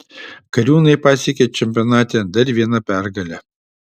kariūnai pasiekė čempionate dar vieną pergalę